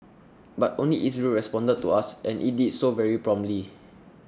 but only Israel responded to us and it did so very promptly